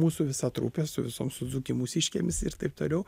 mūsų visa trupė su visom suzuki mūsiškėmis ir taip toliau